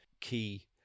key